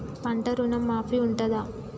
పంట ఋణం మాఫీ ఉంటదా?